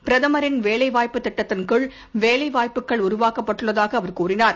பிரதமரின் வேலை வாய்ப்புத்திட்டத்தின் கீழ் வேலை வாய்ப்புகள் உருவாக்கப்பட்டுள்ளதாக அவர் கூறினார்